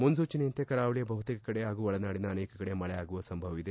ಮುನ್ಸೂಚನೆಯಂತೆ ಕರಾವಳಿಯ ಬಹುತೇಕ ಕಡೆ ಹಾಗೂ ಒಳನಾಡಿನ ಅನೇಕ ಕಡೆ ಮಳೆಯಾಗುವ ಸಂಭವವಿದೆ